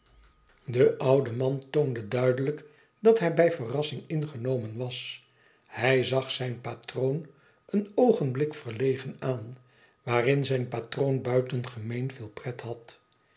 de oude man toonde duidelijk dat hij bij verrassing ingenomen was hij zag zijn patroon een oogenblik verlegen aan waarin zijn patroon buitengemeen veel pret had